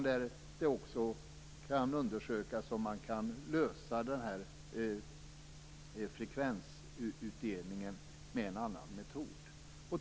Det bör också vara möjligt att undersöka om man kan lösa frekvensutdelningen med en annan metod.